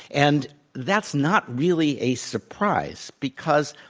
and that's not really a surprise because